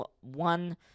one